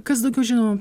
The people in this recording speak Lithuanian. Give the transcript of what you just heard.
kas daugiau žino